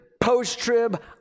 post-trib